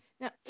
Now